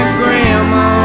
grandma